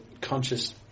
conscious